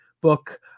book